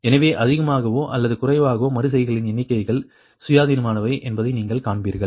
எனவே அதிகமாகவோ அல்லது குறைவாகவோ மறு செய்கைகளின் எண்ணிக்கைகள் சுயாதீனமானவை என்பதை நீங்கள் காண்பீர்கள்